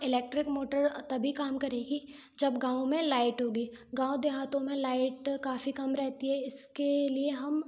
electric motor तभी काम करेगी जब गाँव में लाइट होगी गाँव देहातों में लाइट काफ़ी कम रहती है इसके लिए हम